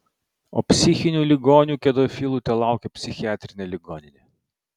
o psichinių ligonių kedofilų telaukia psichiatrinė ligoninė